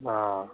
آ